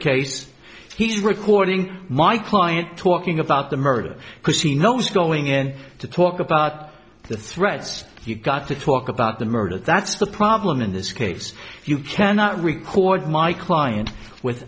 case he's recording my client talking about the murder because he knows going in to talk about the threats you've got to talk about the murder that's the problem in this case you cannot record my client